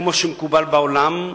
כמו שמקובל בעולם,